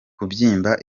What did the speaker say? kubyimba